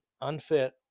unfit